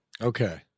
Okay